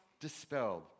dispelled